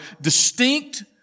distinct